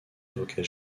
avocat